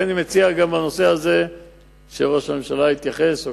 לכן אני מציע שראש הממשלה יתייחס גם לנושא הזה,